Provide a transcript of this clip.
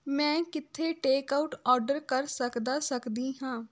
ਮੈਂ ਕਿੱਥੇ takeout order ਕਰ ਸਕਦਾ ਸਕਦੀ ਹਾਂ